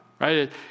right